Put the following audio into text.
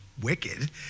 wicked